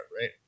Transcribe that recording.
right